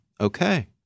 okay